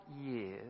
years